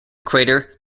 crater